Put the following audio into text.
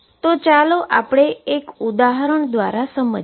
તો ચાલો આપણે એક ઉદાહરણ દ્વારા આપણે સમજીએ